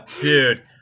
dude